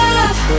love